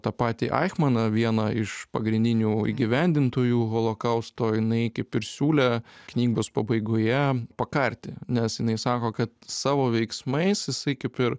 tą patį aichmaną vieną iš pagrindinių įgyvendintojų holokausto jinai kaip ir siūlė knygos pabaigoje pakarti nes jinai sako kad savo veiksmais jisai kaip ir